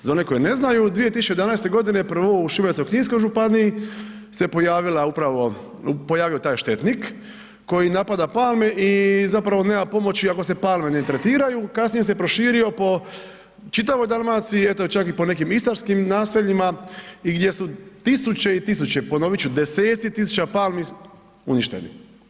Za one koje ne znaju 2011. godine je prvo u Šibensko-kninskoj županiji se pojavila upravo, pojavio taj štetnik koji napada palme i zapravo nema pomoći ako se palme ne tretiraju, kasnije se proširio po čitavoj Dalmaciji, eto čak i po nekim istarskim naseljima i gdje su tisuće i tisuće, ponovit ću deseci tisuća palmi uništeni.